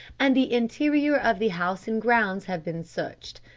and the interior of the house and grounds have been searched.